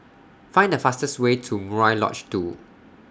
Find The fastest Way to Murai Lodge two